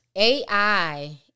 ai